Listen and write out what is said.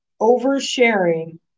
Oversharing